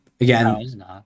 Again